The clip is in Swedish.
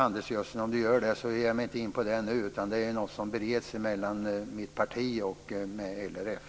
Handelsgödseln vill jag inte nu gå in på. Det är något som bereds av mitt parti och LRF.